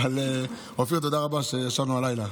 אופיר, תודה רבה שישנו הלילה.